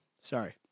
sorry